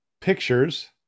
pictures